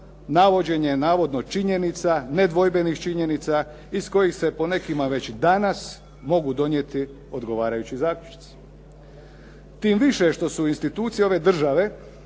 navođenje navodno činjenica, nedvojbenih činjenica iz kojih se po nekima već danas mogu donijeti odgovarajući zaključci. Tim više što su institucije ove države